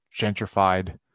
gentrified